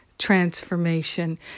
transformation